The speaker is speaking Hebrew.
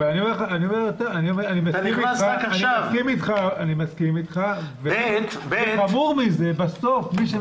אני מסכים אתך אבל חמור מזה, בסוף מי שמשלם את זה,